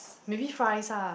maybe fries ah